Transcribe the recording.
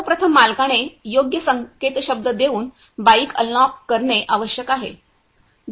सर्व प्रथम मालकाने योग्य संकेतशब्द देऊन बाईक अनलॉक करणे आवश्यक आहे